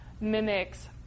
mimics